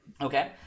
Okay